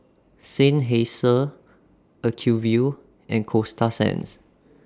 Seinheiser Acuvue and Coasta Sands